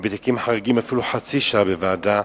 ובתיקים חריגים אפילו חצי שעה בוועדה,